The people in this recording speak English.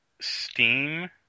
Steam